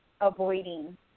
avoiding